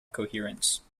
coherence